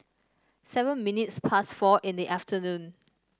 seven minutes past four in the afternoon